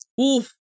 Oof